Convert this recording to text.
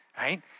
right